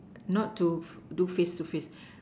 not to do face to face